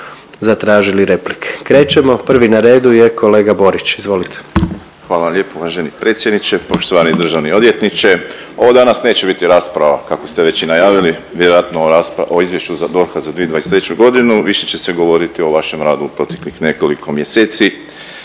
zatražili replike. Krećemo. Prvi na redu je kolega Borić, izvolite. **Borić, Josip (HDZ)** Hvala lijepo uvaženi predsjedniče, poštovani državni odvjetniče. Ovo danas neće biti rasprava kako ste već i najavili. Vjerojatno o Izvješću DORH-a za 2023. više će se govoriti o vašem radu u proteklih nekoliko mjeseci